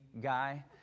guy